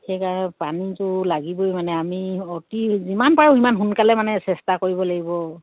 সেইকাৰণে পানীটো লাগিবই মানে আমি অতি যিমান পাৰোঁ ইমান সোনকালে মানে চেষ্টা কৰিব লাগিব